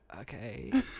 okay